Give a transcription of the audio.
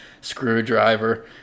screwdriver